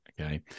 okay